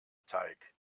teig